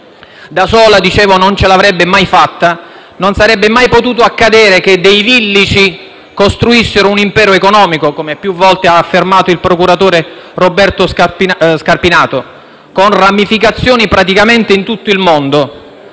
Da sola non ce l'avrebbe mai fatta. Non sarebbe mai potuto accadere che dei villici costruissero un impero economico (come ha più volte affermato il procuratore Roberto Scarpinato), con ramificazioni praticamente in tutto il mondo.